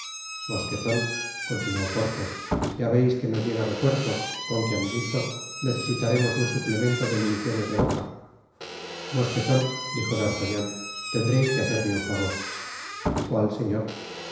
mosqueton continuó porthos ya veis que nos llega refuerzo con que amiguito necesitaremos un suplemento de municiones de boca mosqueton dijo d'artagnan tendreis que hacerme un favor cual señor dar